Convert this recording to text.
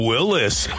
Willis